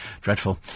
Dreadful